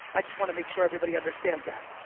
i just want to make sure everybody understands that.